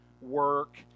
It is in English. work